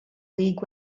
league